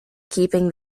keeping